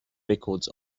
records